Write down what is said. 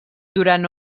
durant